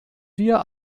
wir